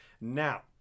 Now